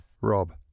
Rob